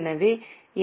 எனவே இது என்